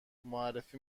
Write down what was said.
معرفی